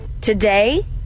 Today